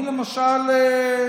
אני, למשל,